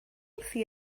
wrthi